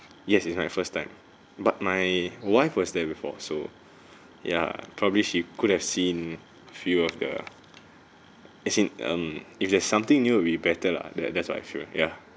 yes it's my first time but my wife was there before so ya probably she could have seen few of the as in um if there's something new will be better lah that that's what I feel ya